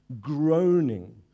groaning